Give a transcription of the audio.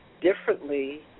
differently